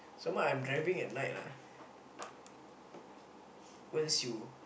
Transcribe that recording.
some more I'm driving at night lah once you